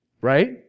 Right